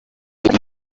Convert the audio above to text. yitwa